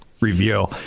review